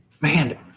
man